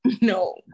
No